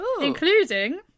including